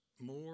more